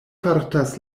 fartas